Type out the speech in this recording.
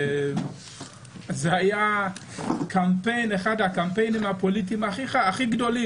זה היה אחד הקמפיינים הפוליטיים הכי גדולים